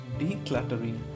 decluttering